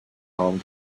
home